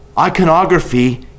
Iconography